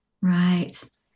Right